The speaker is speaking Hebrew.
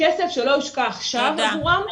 הכסף שלא יושקע עכשיו עבורם,